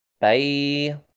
Bye